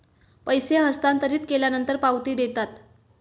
पैसे हस्तांतरित केल्यानंतर पावती देतात